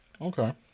Okay